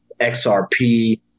XRP